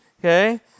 Okay